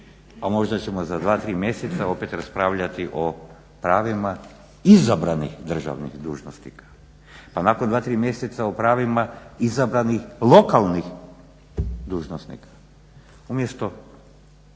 A možda ćemo za dva, tri mjeseca možda opet raspravljati o pravima izabranih državnih dužnosnika. Pa nakon dva, tri mjeseca o pravima izabranih lokalnih dužnosnika